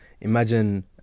imagine